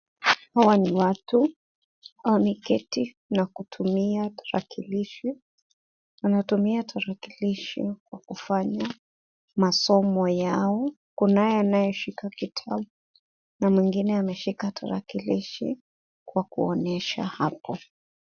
Hawa ni watu, wameketi na kutumia tarakilishi. Wanatumia tarakilishi kwa kufanya masomo yao. Kunaye anaye shika kitabu na mwingine ameshika tarakilishi kwa kuonyesha hapo.